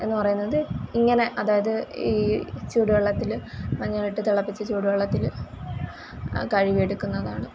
എന്ന് പറയുന്നത് ഇങ്ങനെ അതായത് ഈ ചൂടുവെള്ളത്തിൽ മഞ്ഞൾ ഇട്ട് തിളപ്പിച്ച ചൂടുവെള്ളത്തിൽ കഴുകി എടുക്കുന്നതാണ്